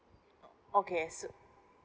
okay so